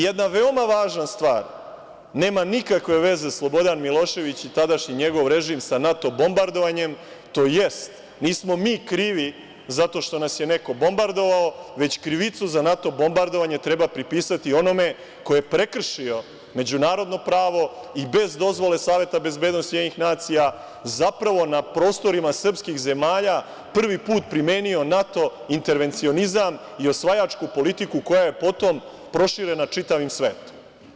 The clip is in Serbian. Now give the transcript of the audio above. Jedna veoma važna stvar – nema nikakve veze Slobodan Milošević i tadašnji njegov režim sa NATO bombardovanjem, tj. nismo mi krivi zato što nas je neko bombardovao, već krivicu za NATO bombardovanje treba pripisati onome ko je prekršio međunarodno pravo i bez dozvole Saveta bezbednosti UN zapravo na prostorima srpskih zemalja prvi put primenio NATO intervencionizam i osvajačku politiku koja je potom proširena čitavim svetom.